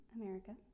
America